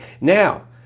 Now